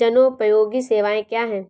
जनोपयोगी सेवाएँ क्या हैं?